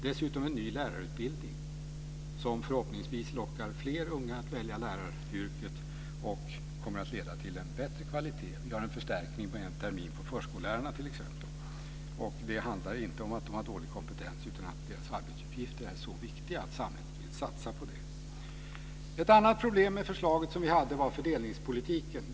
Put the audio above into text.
Dessutom blir det en ny lärarutbildning som förhoppningsvis lockar fler unga att välja läraryrket. Den kommer att leda till bättre kvalitet. Vi har t.ex. en förstärkning på en termin för förskollärarna. Det handlar inte om att de har dålig kompetens utan om att deras arbetsuppgifter är så viktiga att samhället vill satsa på dem. Ett annat problem med förslaget var fördelningspolitiken.